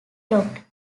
docked